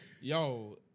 Yo